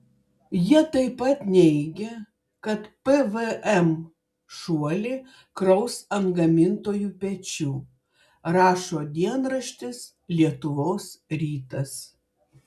jie taip pat neigia kad pvm šuolį kraus ant gamintojų pečių rašo dienraštis lietuvos rytas